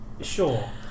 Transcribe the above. sure